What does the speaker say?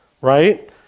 right